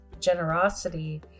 generosity